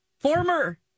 Former